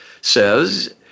says